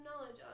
knowledge